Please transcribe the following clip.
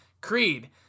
Creed